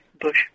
Bush